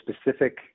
specific